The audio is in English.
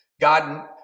God